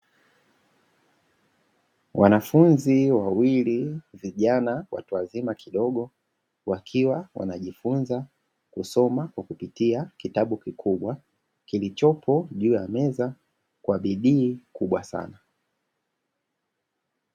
Wanafunzi wawili vijana watu wazima kidogo wakiwa wanajifunza kusoma kwa kupitia kitabu kikubwa kilichopo juu ya meza kwa bidii kubwa sana.